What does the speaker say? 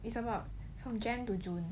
it's about from jan to june